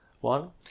one